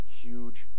huge